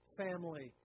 family